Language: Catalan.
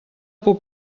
puc